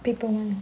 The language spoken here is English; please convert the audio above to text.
paper one